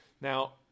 Now